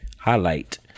highlight